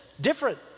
different